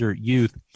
youth